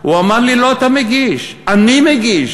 הוא אמר לי: לא אתה מגיש, אני מגיש.